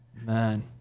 Man